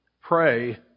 pray